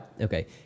Okay